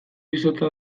izotza